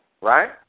Right